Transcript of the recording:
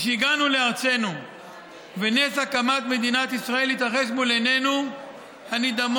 משהגענו לארצנו ונס הקמת מדינת ישראל התרחש מול עינינו הנדהמות,